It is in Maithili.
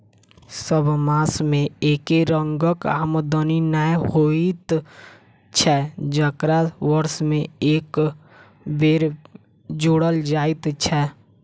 सभ मास मे एके रंगक आमदनी नै होइत छै जकरा वर्ष मे एक बेर जोड़ल जाइत छै